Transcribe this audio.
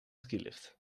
skilift